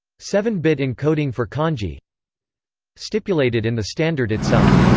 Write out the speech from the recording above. seven bit encoding for kanji stipulated in the standard itself.